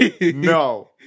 no